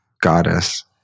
goddess